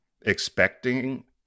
expecting